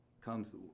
comes